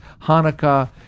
Hanukkah